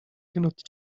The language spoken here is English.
cannot